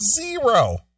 zero